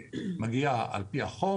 שמגיע על פי החוק.